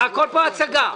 הכול פה הצגה.